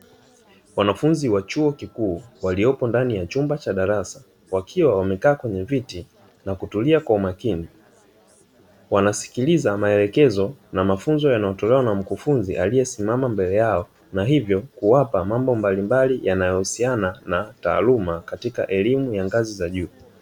Wanafunzi wa chuo kikuu waliopo ndani ya chumba cha darasa, wakiwa wamekaa kwenye viti na kutulia kwa umakini, wanasikiliza maelekezo na mafunzo yanayotolewa na mkufunzi aliyesimama mbele yao, na hivyo kuwapa mambo mbalimbali yanayohusiana na taaluma katika elimu ya ngazi za juu.